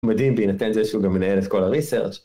מדהים בהינתן את זה שהוא גם מנהל את כל הריסרצ'